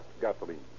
Gasoline